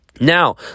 Now